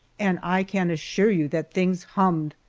and i can assure you that things hummed!